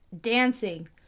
dancing